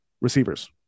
receivers